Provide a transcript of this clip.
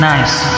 Nice